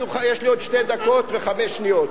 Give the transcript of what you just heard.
יש לי עוד שתי דקות וחמש שניות,